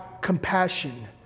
compassion